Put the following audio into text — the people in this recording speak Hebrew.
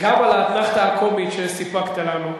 גם על האתנחתא הקומית שסיפקת לנו.